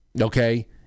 okay